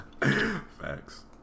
Facts